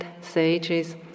sages